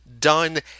done